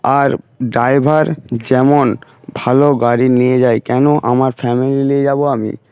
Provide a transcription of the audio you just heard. আর driver যেমন ভালো গাড়ি নিয়ে যায় কেন আমার ফ্যামিলি নিয়ে যাব আমি